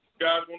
guys